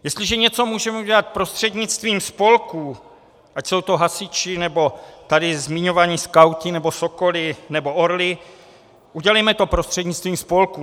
Jestliže něco můžeme udělat prostřednictvím spolků, ať jsou to hasiči, nebo tady zmiňovaní skauti, sokoli nebo orli, udělejme to prostřednictvím spolků.